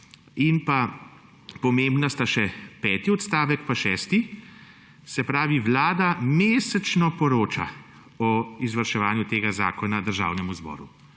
vlade. Pomembna sta še peti odstavek pa šesti. Se pravi, Vlada mesečno poroča o izvrševanju tega zakona Državnemu zboru.